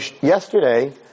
yesterday